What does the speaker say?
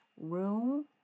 room